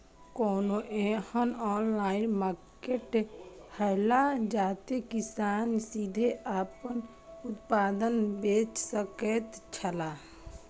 कोनो एहन online market हौला जते किसान सीधे आपन उत्पाद बेच सकेत छला?